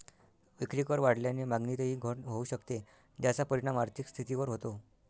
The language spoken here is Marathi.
विक्रीकर वाढल्याने मागणीतही घट होऊ शकते, ज्याचा परिणाम आर्थिक स्थितीवर होतो